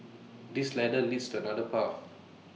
this ladder leads to another path